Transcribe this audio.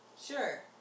sure